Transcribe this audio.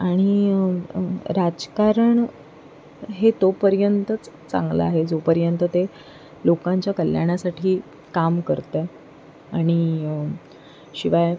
आणि राजकारण हे तोपर्यंतच चांगलं आहे जोपर्यंत ते लोकांच्या कल्याणासाठी काम करतं आणि शिवाय